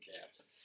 Caps